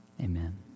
amen